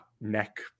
neck